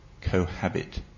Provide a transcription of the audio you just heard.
cohabit